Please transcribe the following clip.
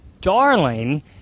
darling